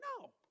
No